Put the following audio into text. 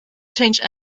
changed